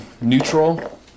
neutral